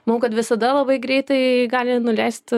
monau ka visada labai greitai gali nuleist